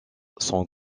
sont